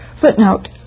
Footnote